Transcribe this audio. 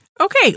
Okay